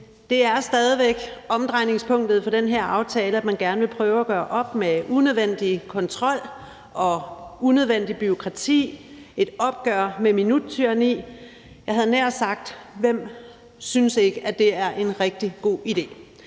det er stadig væk omdrejningspunktet for den her aftale, at man gerne vil prøve at gøre op med unødvendig kontrol og unødvendigt bureaukrati og tage et opgør med minuttyranni. Hvem synes ikke, at det er en rigtig god idé!